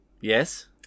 Yes